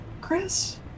Chris